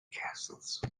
castles